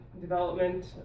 development